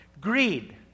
Greed